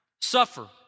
suffer